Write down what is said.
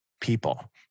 people